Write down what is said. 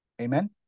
Amen